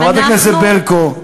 חברת הכנסת ברקו,